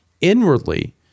inwardly